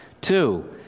Two